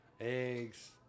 eggs